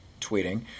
tweeting